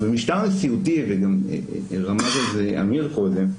אז במשטר נשיאותי, וגם רמז על כך עמיר קודם,